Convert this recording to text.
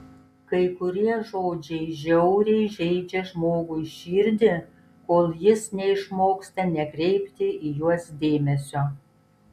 kai kurie žodžiai žiauriai žeidžia žmogui širdį kol jis neišmoksta nekreipti į juos dėmesio